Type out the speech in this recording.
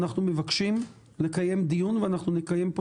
אנחנו מבקשים לקיים דיון ואנחנו נקיים פה